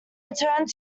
returned